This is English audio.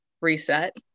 reset